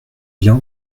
bien